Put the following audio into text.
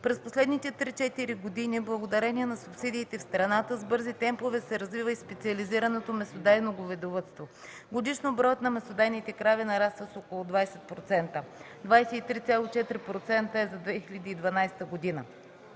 През последните 3-4 години благодарение на субсидиите в страната с бързи темпове се развива и специализираното месодайно говедовъдство. Годишно броят на месодайните крави нараства с около 20%. Двадесет и три